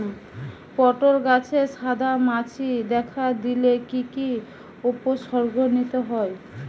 পটল গাছে সাদা মাছি দেখা দিলে কি কি উপসর্গ নিতে হয়?